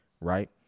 Right